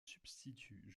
substitut